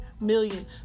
million